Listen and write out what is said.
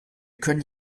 können